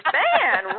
man